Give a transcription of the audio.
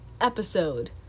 episode